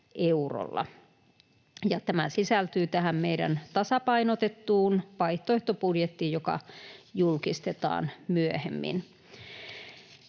tämä sisältyy tähän meidän tasapainotettuun vaihtoehtobudjettiimme, joka julkistetaan myöhemmin.